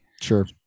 Sure